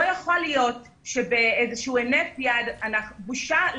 לא יכול להיות שבהינף יד בושה.